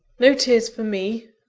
no tears for me!